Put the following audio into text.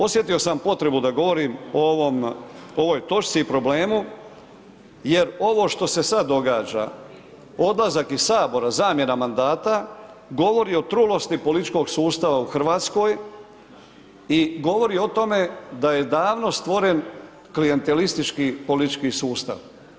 Osjetio sam potrebu da govorim o ovom, ovoj točci i problemu jer ovo što se sad događa odlazak iz sabora, zamjena mandata govori o trulosti političkog sustava u Hrvatskoj i govori o tome da je davno stvoren klijentelistički politički sustav.